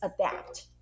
adapt